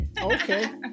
Okay